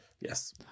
Yes